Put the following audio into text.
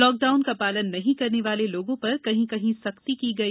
lockdown का पालन नहीं करने वाले लोगों पर कहीं कहीं सख्ती की गई